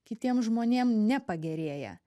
kitiem žmonėm nepagerėja